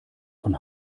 von